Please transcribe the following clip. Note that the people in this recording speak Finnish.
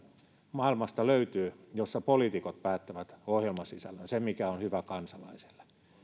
maailmasta löytyy joissa poliitikot päättävät ohjelmasisällön sen mikä on hyvä kansalaiselle